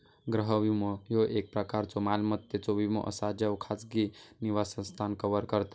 गृह विमो, ह्यो एक प्रकारचो मालमत्तेचो विमो असा ज्यो खाजगी निवासस्थान कव्हर करता